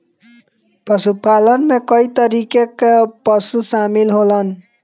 पशुपालन में कई तरीके कअ पशु शामिल होलन